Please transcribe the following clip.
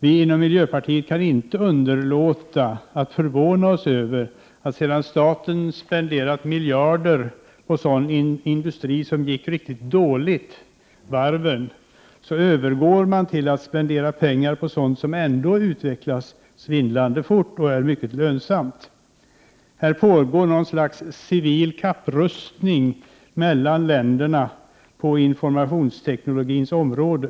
Vi inom miljöpartiet kan inte underlåta att förvånas över att sedan staten spenderat miljarder på sådan industri som gick riktigt dåligt — varven — övergår man till att spendera pengar på sådant som ändå utvecklas svindlande fort och är mycket lönsamt. Det pågår något slags civil kapprustning mellan länderna på informationsteknologins område.